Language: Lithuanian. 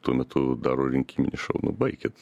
tuo metu daro rinkiminį šou nu baikit